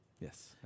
Yes